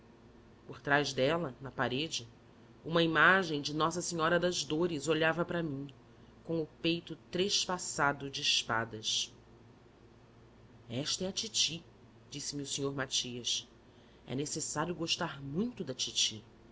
por trás dela na parede uma imagem de nossa senhora das dores olhava para mim com o peito trespassado de espadas esta é a titi disse-me o senhor matias e necessário gostar muito da titi